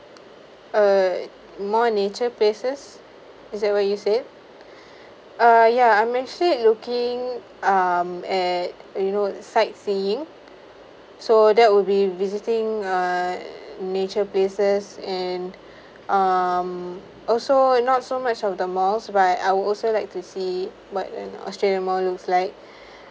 uh more nature places is that what you said uh ya I'm actually looking um at you know sightseeing so that would be visiting a nature places and um also not so much of the malls but I would also like to see what an australia mall looks like